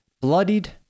bloodied